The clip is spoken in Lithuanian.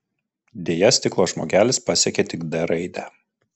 deja stiklo žmogelis pasiekė tik d raidę